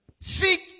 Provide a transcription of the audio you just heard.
Seek